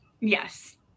Yes